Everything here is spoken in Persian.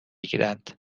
گیرند